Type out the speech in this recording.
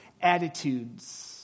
attitudes